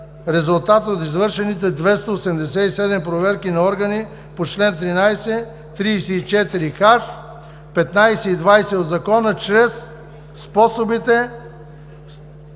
резултат от извършените 287 проверки на органи по чл. 13, 34н, 15 и 20 от Закона за специалните